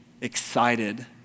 excited